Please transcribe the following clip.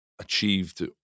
achieved